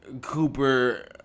Cooper